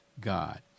God